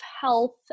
health